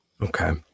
Okay